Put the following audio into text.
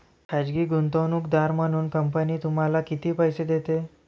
खाजगी गुंतवणूकदार म्हणून कंपनी तुम्हाला किती पैसे देते?